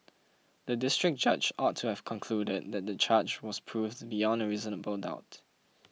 the District Judge ought to have concluded that the charge was proved beyond a reasonable doubt